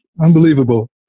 unbelievable